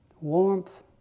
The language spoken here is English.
warmth